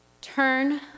turn